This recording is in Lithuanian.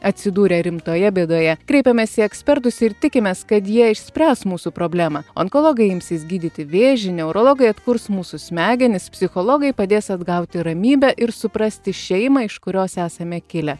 atsidūrę rimtoje bėdoje kreipiamės į ekspertus ir tikimės kad jie išspręs mūsų problemą onkologai imsis gydyti vėžį neurologai atkurs mūsų smegenis psichologai padės atgauti ramybę ir suprasti šeimą iš kurios esame kilę